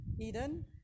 Eden